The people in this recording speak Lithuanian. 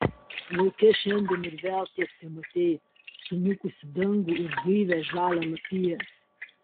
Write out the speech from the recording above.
lauke šiandien ir vėl tiek tematei suniukusį dangų ir gaivią žalią lapiją